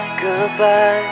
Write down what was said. goodbye